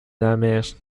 دمشق